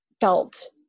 felt